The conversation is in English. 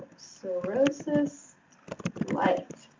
cirrhosis light.